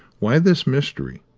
why this mystery?